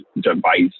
device